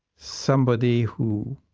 somebody who